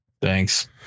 Thanks